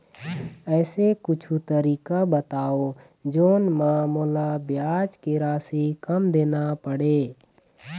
ऐसे कुछू तरीका बताव जोन म मोला ब्याज के राशि कम देना पड़े?